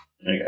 Okay